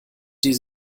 die